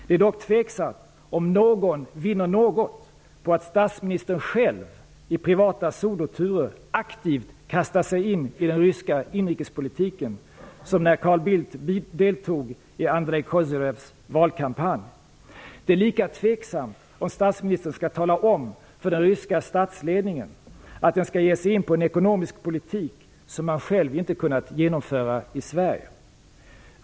Det är dock tveksamt om någon vinner något på att statsministern själv i privata soloturer aktivt kastar sig in i den ryska inrikespolitiken, som när Carl Bildt deltog i Andreij Kozyrevs valkampanj. Det är lika tveksamt om statsministern skall råda den ryska statsledningen till en ekonomisk politik som han själv inte kunnat genomföra i Sverige.